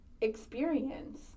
experience